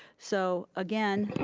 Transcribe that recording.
so, again,